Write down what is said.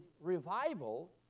revival